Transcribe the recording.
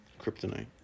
Kryptonite